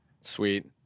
sweet